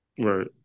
Right